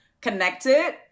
connected